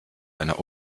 einer